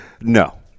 No